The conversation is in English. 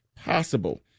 possible